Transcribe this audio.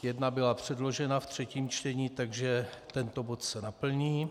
Jedna byla předložena ve třetím čtení, takže tento bod se naplní.